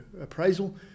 appraisal